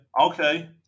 Okay